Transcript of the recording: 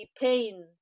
pain